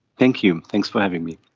thank you, thanks for having me.